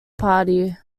party